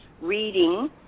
reading